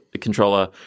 controller